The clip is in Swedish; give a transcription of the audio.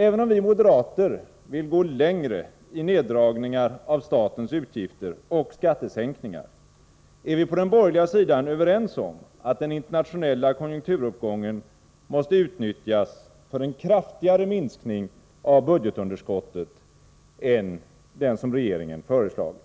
Även om vi moderater vill gå längre i neddragningar av statens utgifter och skattesänkningar, är vi på den borgerliga sidan överens om att den internationella konjunkturuppgången måste utnyttjas för en kraftigare minskning av budgetunderskottet än vad regeringen föreslagit.